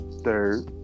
Third